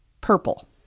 purple